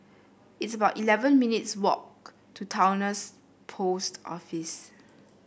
it's about eleven minutes' walk to Towner's Post Office